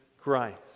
Christ